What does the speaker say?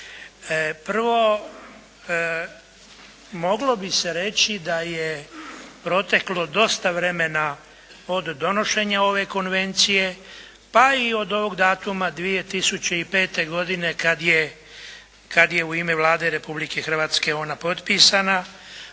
Prvo, moglo bi se reći da je proteklo dosta vremena od donošenja ove Konvencije pa i od ovog datuma 2005. godine kad je u ime Vlade Republike Hrvatske ona potpisana.